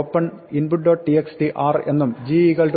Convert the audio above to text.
txt" "r" എന്നും g open"output